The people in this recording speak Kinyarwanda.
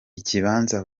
ikibanza